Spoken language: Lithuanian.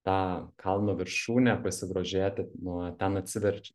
tą kalno viršūnę pasigrožėti nuo ten atsiverč